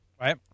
Right